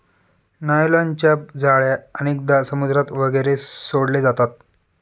नायलॉनच्या जाळ्या अनेकदा समुद्रात वगैरे सोडले जातात